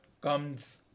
comes